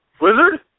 Wizard